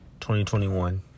2021